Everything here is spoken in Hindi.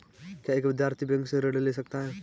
क्या एक विद्यार्थी बैंक से ऋण ले सकता है?